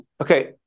Okay